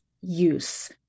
use